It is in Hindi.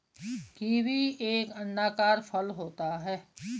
कीवी एक अंडाकार फल होता है